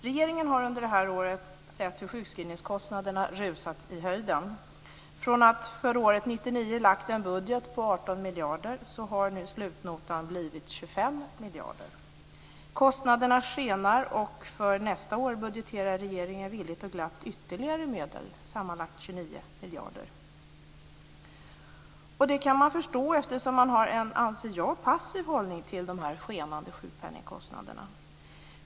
Regeringen har under detta år sett hur sjukskrivningskostnaderna rusat i höjden. Från en budget för år 1999 på 18 miljarder har nu slutnotan blivit 25 miljarder. Kostnaderna skenar, och för nästa år budgeterar regeringen villigt och glatt ytterligare medel - Det kan man förstå eftersom regeringen har en, anser jag, passiv hållning till dessa skenande sjukpenningkostnader.